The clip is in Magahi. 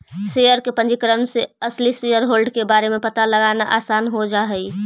शेयर के पंजीकरण से असली शेयरहोल्डर के बारे में पता लगाना आसान हो जा हई